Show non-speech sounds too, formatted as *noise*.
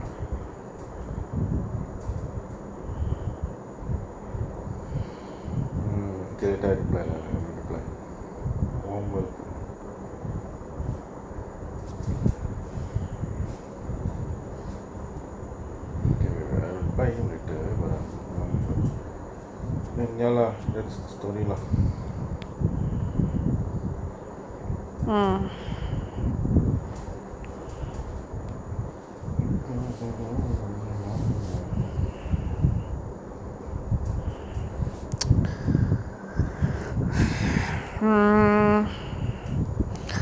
mm correct ah reply lah I will reply warm welcome give away I will reply later but I remember daniella that's the story lah *breath*